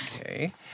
Okay